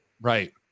Right